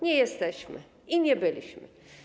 Nie jesteśmy i nie byliśmy.